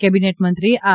cabinet મંત્રી R